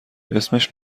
اسمش